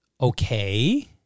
okay